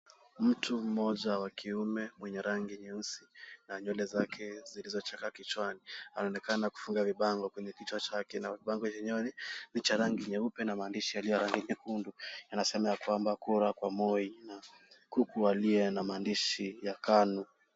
Mtu mmoja wa kiume mwenye rangi nyeusi na nywele zake zilizochakaa kichwani anaonekana kufunga vibango kwenye kituo chake na vibango lenyewe ni cha rangi nyeupe na maandishi ya rangi nyekundu yanasema ya kwamba 'kura kwa Moi' na kuku aliye na maandishi ya KANU.